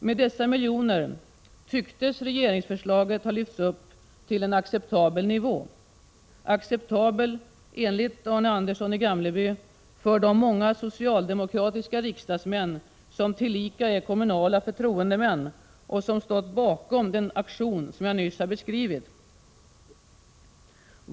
Med dessa miljoner tycktes regeringsförslaget ha lyfts upp till en acceptabel nivå, acceptabel enligt Arne Andersson i Gamleby för de många socialdemokratiska riksdagsmän som tillika är kommunala förtroendemän och som stått bakom den aktion som jag nyss beskrivit.